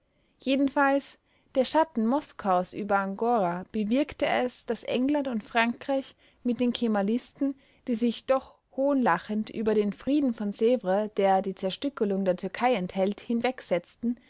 jedenfalls der schatten moskaus über angora bewirkte es daß england und frankreich mit den kemalisten die sich doch hohnlachend über den frieden von svres der die zerstückelung der türkei enthält hinwegsetzten